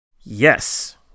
Yes